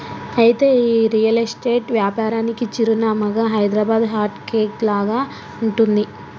అయితే ఈ real estate వ్యాపారానికి చిరునామాగా హైదరాబాదు హార్ట్ కేక్ లాగా ఉంటుంది